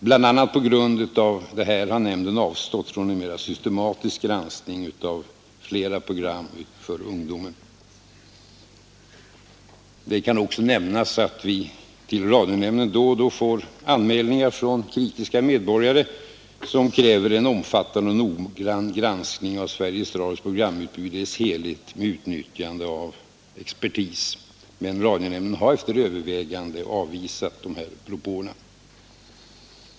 Bland annat på grund av detta har nämnden avstått från en mera systematisk granskning av flera program för ungdomen. Det kan också nämnas att vi till radionämnden då och då får anmälningar från kritiska medborgare, som kräver en omfattande och noggrann granskning av Sveriges Radios programutbud i dess helhet med utnyttjande av expertis, men radionämnden har efter övervägande avvisat dessa propåer.